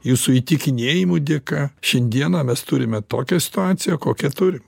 jūsų įtikinėjimų dėka šiandieną mes turime tokią situaciją kokią turim